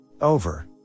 Over